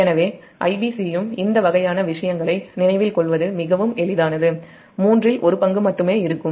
எனவே Ibc யும் இந்த வகையான விஷயங்களை நினைவில் கொள்வது மிகவும் எளிதானதுமூன்றில் ஒரு பங்கு மட்டுமே இருக்கும்